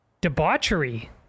debauchery